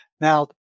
Now